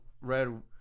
red